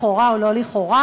לכאורה או לא לכאורה,